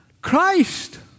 Christ